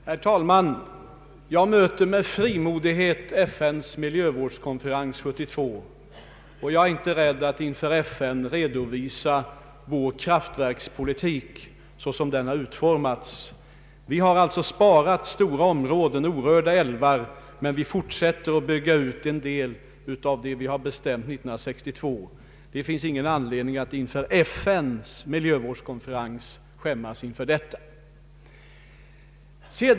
Herr talman! Jag möter med stor frimodighet FN:s miljövårdskonferens 1972, och jag är inte rädd att inför FN redovisa vår kraftverkspolitik såsom den har utformats. Vi har sparat stora områden med orörda älvar, men vi fortsätter att bygga ut en del av det som vi har bestämt 1962. Det finns ingen anledning att inför FN:s miljövårdskonferens skämmas för detta.